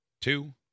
two